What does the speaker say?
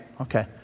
okay